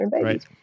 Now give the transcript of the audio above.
right